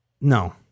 No